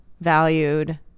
valued